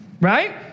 Right